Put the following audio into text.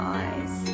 eyes